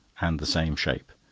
and the same shape.